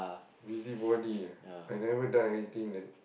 busybody ah I never done anything that